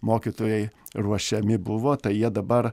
mokytojai ruošiami buvo tai jie dabar